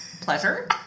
pleasure